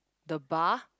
the bar